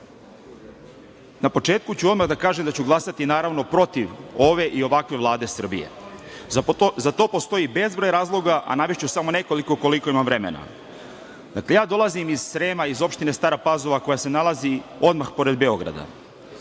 početku ću odmah da kažem da ću glasati, naravno, protiv ove i ovakve Vlade Srbije. Za to postoji bezbroj razloga, a navešću samo nekoliko, koliko imam vremena. Ja dolazim iz Srema, iz opštine Stara Pazova, koja se nalazi odmah pored Beograda.